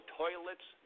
toilets